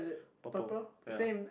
purple ya